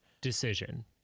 decision